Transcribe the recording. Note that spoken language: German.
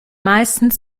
meistens